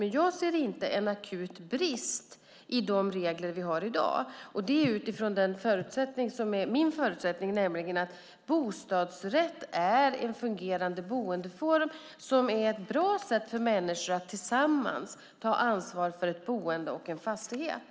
Men jag ser inte en akut brist i de regler som vi har i dag. Det är utifrån den förutsättning som är min förutsättning, nämligen att bostadsrätten är en fungerande boendeform som är ett bra sätt för människor att tillsammans ta ansvar för ett boende och en fastighet.